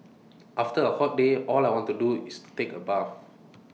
after A hot day all I want to do is to take A bath